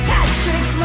Patrick